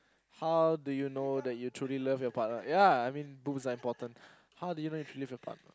how do you know that you truly love your partner ya I mean rules are important how do you know if you love your partner